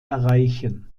erreichen